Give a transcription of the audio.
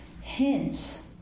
Hence